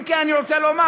אם כי אני רוצה לומר,